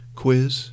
quiz